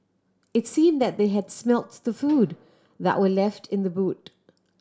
it seemed that they had smelt the food that were left in the boot